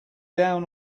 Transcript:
down